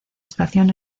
estación